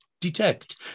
detect